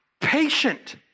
patient